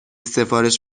سفارش